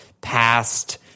past